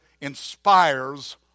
inspires